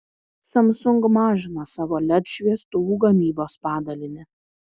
samsung mažina savo led šviestuvų gamybos padalinį